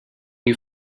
you